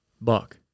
Buck